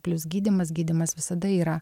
plius gydymas gydymas visada yra